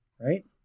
Right